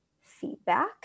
feedback